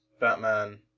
Batman